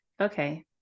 Okay